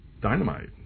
dynamite